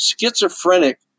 schizophrenic